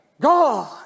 God